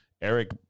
Eric